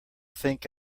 think